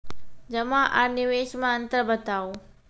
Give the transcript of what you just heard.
जमा आर निवेश मे अन्तर बताऊ?